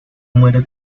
muere